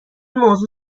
موضوع